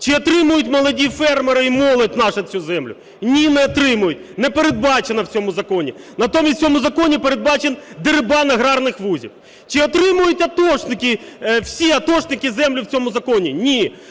Чи отримують молоді фермери і молодь наша цю землю? Ні, не отримують. Не передбачено в цьому законі. Натомість в цьому законі передбачений деребан аграрних вузів. Чи отримують атошники, всі атошники землю в цьому законі? Ні.